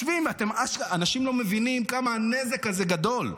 אנשים לא מבינים כמה הנזק הזה גדול.